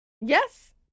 Yes